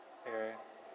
ya